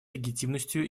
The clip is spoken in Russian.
легитимностью